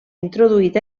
introduït